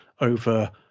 over